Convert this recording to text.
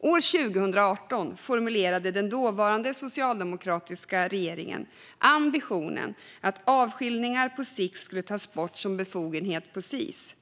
År 2018 formulerade den dåvarande socialdemokratiska regeringen ambitionen att avskiljningar på sikt ska tas bort som befogenhet på Sis.